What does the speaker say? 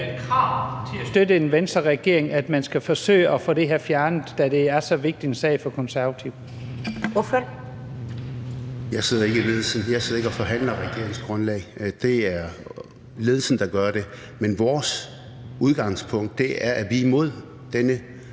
Jeg sidder ikke i ledelsen. Jeg sidder ikke og forhandler om et regeringsgrundlag. Det er ledelsen, der gør det. Men vores udgangspunkt er, at vi er imod denne